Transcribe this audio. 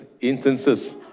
instances